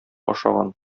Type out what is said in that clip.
ашаган